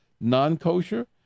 non-kosher